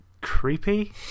creepy